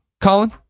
Colin